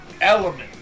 element